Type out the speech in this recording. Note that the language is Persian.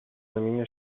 زمین